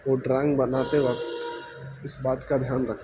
وہ ڈرائنگ بناتے وقت اس بات کا دھیان رکھتا